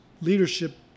leadership